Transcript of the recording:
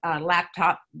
laptop